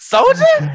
Soldier